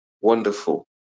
wonderful